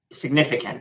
significant